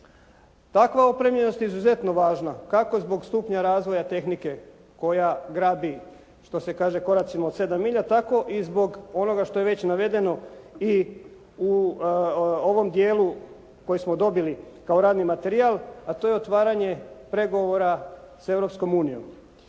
Takva je opremljenost izuzetno važna, kako zbog stupnja razvoja tehnike koja grabi što se kaže koracima od 7 milja, tako i zbog onoga što je navedeno i u ovom djelu koji smo dobili kao rani materijal, a to je otvaranje pregovora sa Europskom unijom.